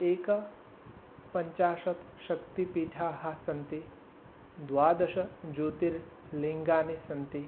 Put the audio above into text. एक पञ्चाशत् शक्तिपीठाः सन्ति द्वादश ज्योतिर्लिङ्गानि सन्ति